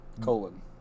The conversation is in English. Colon